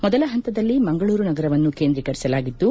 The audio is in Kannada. ಮೊದಲ ಹಂತದಲ್ಲಿ ಮಂಗಳೂರು ನಗರವನ್ನು ಕೇಂದ್ರೀಕರಿಸಲಾಗಿದ್ದು